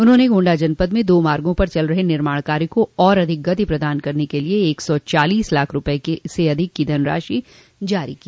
उन्होंने गोण्डा जनपद में दो मार्गो पर चल रहे निर्माण कार्य को और अधिक गति प्रदान करने के लिये एक सौ चालीस लाख रूपये से अधिक की धनराशि जारी की